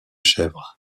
chèvre